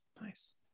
Nice